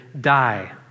die